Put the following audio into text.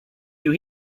you